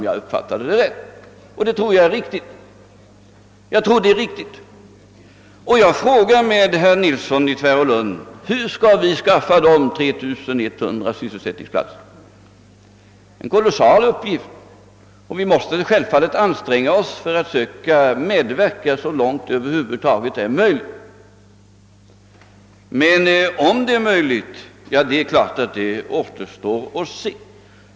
Jag tror att detta är riktigt, och jag frågar med herr Nilsson i Tvärålund hur dessa 3100 sysselsätt ningsplatser skall kunna anskaffas. Det är en kolossal uppgift, och vi måste från statsmakternas sida självfallet anstränga oss för att medverka så långt detta över huvud taget är möjligt. Men om det verkligen skall lyckas att anskaffa dessa sysselsättningsplatser återstår att se.